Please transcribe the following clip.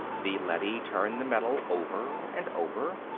the leady turned the metal over and over.